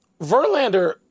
Verlander